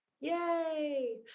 Yay